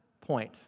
point